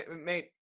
mate